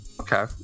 Okay